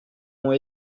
ont